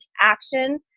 action